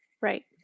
right